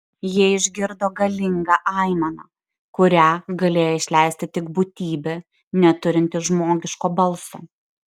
jie išgirdo galingą aimaną kurią galėjo išleisti tik būtybė neturinti žmogiško balso